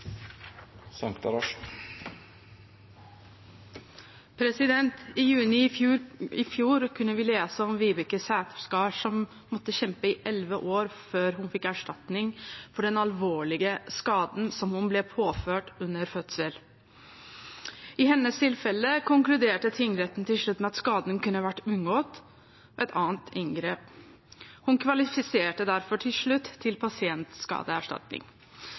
I juni i fjor kunne vi lese om Vibeke Sætherskar, som måtte kjempe i 11 år før hun fikk erstatning for den alvorlige skaden hun ble påført under fødsel. I hennes tilfelle konkluderte tingretten til slutt med at skaden kunne vært unngått ved et annet inngrep. Hun kvalifiserte derfor til slutt til pasientskadeerstatning.